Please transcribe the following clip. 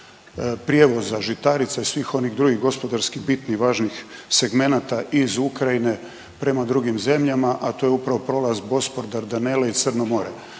prijevoza žitarica i svih onih drugih gospodarski bitnih i važnih segmenata iz Ukrajine prema drugim zemljama, a to je upravo prolaz Bospor, Dardaneli i Crno more,